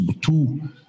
two